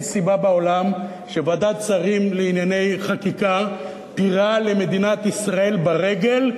סיבה בעולם שוועדת שרים לענייני חקיקה תירה למדינת ישראל ברגל,